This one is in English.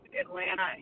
Atlanta